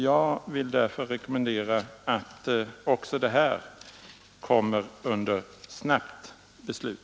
Jag vill därför rekommendera att även den frågan tas upp till snabbt beslut.